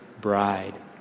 bride